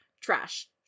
Trash